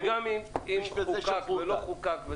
וגם אם חוקק ולא חוקק.